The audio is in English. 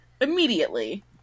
Immediately